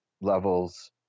levels